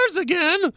again